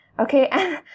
Okay